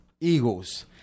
Eagles